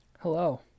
Hello